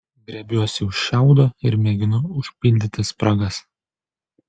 griebiuosi už šiaudo ir mėginu užpildyti spragas